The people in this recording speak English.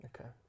Okay